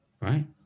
right